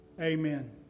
Amen